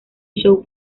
show